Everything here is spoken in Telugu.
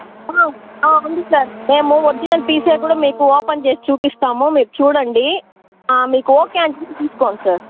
ఉంది సార్ మేము ఒరిజినల్ పీస్ కూడా మీకు ఓపెన్ చేసి చూపిస్తాము మీరు చూడండి మీకు ఓకే అంటేనే తీసుకోండి సార్